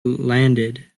landed